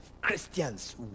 Christians